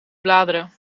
bladeren